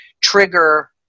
trigger